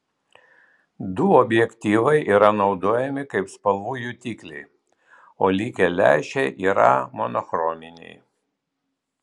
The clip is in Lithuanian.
du objektyvai yra naudojami kaip spalvų jutikliai o likę lęšiai yra monochrominiai